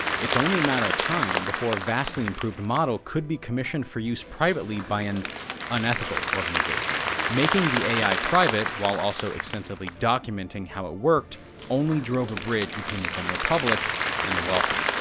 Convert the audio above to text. it's only a matter of time before a vastly improved model could be commissioned for use privately by an unethical organization. making the ai private, while also extensively documenting how it worked only drove a bridge between the general public and the wealthy.